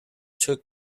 took